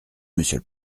monsieur